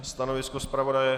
Stanovisko zpravodaje?